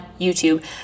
YouTube